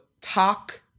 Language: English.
talk